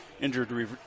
injured